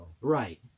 Right